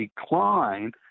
decline